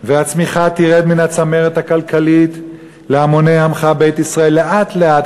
ושהצמיחה תרד מן הצמרת הכלכלית להמוני עמך בית ישראל לאט-לאט,